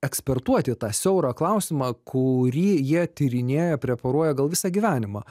ekspertuoti tą siaurą klausimą kurį jie tyrinėja preparuoja gal visą gyvenimą